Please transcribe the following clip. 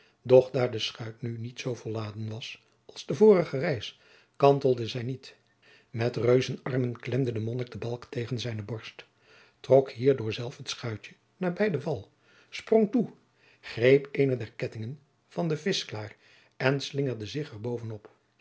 daar de schuit nu niet zoo volgeladen was als de vorige reis kantelde zij niet met reuzenarmen klemde de monnik de balk tegen zijne borst trok hierdoor zelf het schuitje nabij den wal sprong toe greep eene der kettingen van de vischkaar en slingerde zich